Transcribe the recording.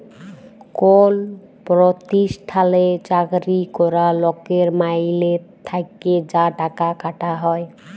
call পরতিষ্ঠালে চাকরি ক্যরা লকের মাইলে থ্যাকে যা টাকা কাটা হ্যয়